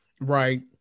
Right